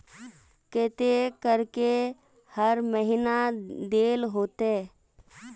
केते करके हर महीना देल होते?